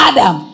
Adam